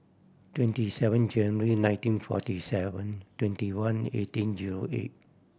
twenty seven January nineteen forty seven twenty one eighteen zero eight